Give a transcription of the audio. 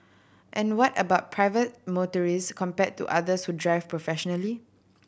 and what about private motorist compared to others who drive professionally